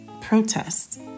protest